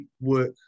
work